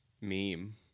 meme